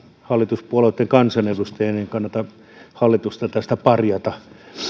hallituspuolueitten kansanedustajia ei kannata hallitusta tästä parjata